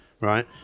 right